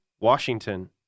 Washington